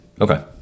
Okay